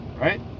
right